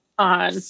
on